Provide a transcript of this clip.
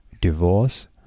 divorce